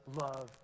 love